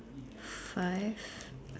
five